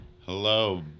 Hello